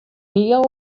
heal